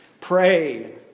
pray